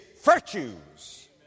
virtues